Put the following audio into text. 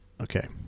Okay